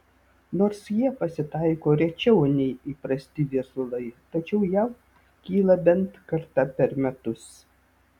nors jie pasitaiko rečiau nei įprasti viesulai tačiau jav kyla bent kartą per metus